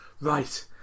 Right